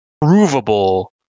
provable